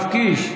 יואב קיש,